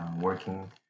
working